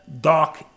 Dark